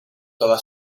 toda